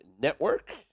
network